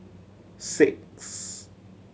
six